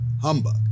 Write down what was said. Humbug